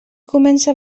comença